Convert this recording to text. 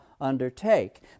undertake